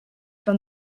from